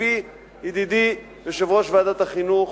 הביא ידידי, יושב-ראש ועדת החינוך